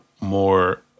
more